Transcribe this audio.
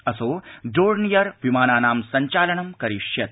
असौ डोर्नियर् विमानानां संचालनं करिष्यति